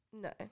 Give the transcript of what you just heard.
No